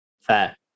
Fair